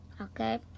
Okay